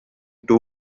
two